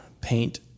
paint